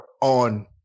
on